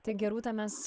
tai gerūta mes